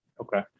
Okay